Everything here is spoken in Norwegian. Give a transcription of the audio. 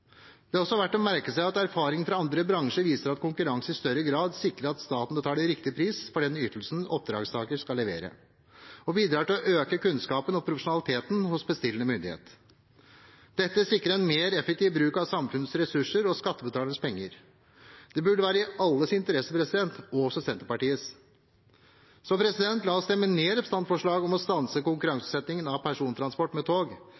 Det er også verdt å merke seg at erfaringer fra andre bransjer viser at konkurranse i større grad sikrer at staten betaler riktig pris for den ytelsen oppdragstaker skal levere, og bidrar til å øke kunnskapen og profesjonaliteten hos bestillende myndighet. Dette sikrer en mer effektiv bruk av samfunnets ressurser og skattebetalernes penger. Det burde være i alles interesse, også Senterpartiets. Så la oss stemme ned representantforslaget om å stanse konkurranseutsettingen av persontransport med tog,